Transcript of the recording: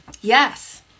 yes